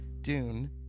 Dune